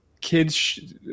kids